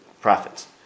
profits